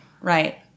Right